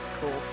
Cool